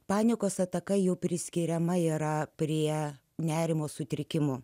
panikos ataka jau priskiriama yra prie nerimo sutrikimų